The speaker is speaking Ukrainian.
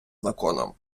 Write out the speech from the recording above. законом